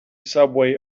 subway